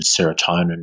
serotonin